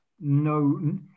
no